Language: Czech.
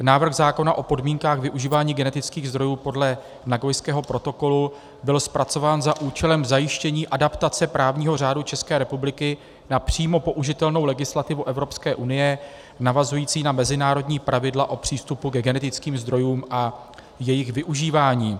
Návrh zákona o podmínkách využívání genetických zdrojů podle Nagojského protokolu byl zpracován za účelem zajištění adaptace právního řádu České republiky na přímo použitelnou legislativu Evropské unie navazující na mezinárodní pravidla o přístupu ke genetickým zdrojům a jejich využívání.